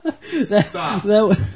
Stop